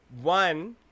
One